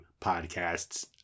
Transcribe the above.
podcasts